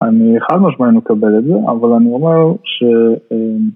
אני חד משמעית מקבל את זה, אבל אני אומר ש...